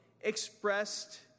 expressed